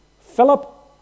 Philip